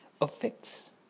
affects